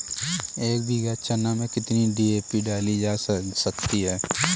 एक बीघा चना में कितनी डी.ए.पी डाली जा सकती है?